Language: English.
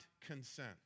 consent